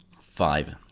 five